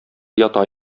ята